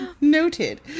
Noted